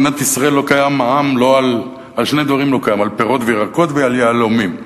במדינת ישראל לא קיים מע"מ על שני דברים: על פירות וירקות ועל יהלומים.